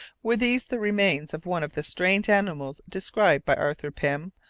were these the remains of one of the strange animals described by arthur pym,